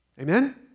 Amen